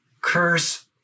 Curse